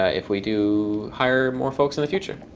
ah if we do hire more folks in the future.